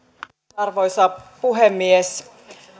arvoisa puhemies